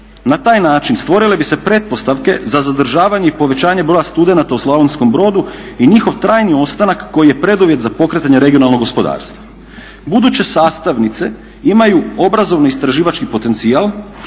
Na taj način stvorile bi se pretpostavke za zadržavanje i povećanje broja studenata u Slavonskom Brodu i njihov trajni ostanak koji je preduvjet za pokretanje regionalnog gospodarstva. Buduće sastavnice imaju obrazovno-istraživački potencijal,